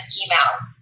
emails